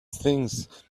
things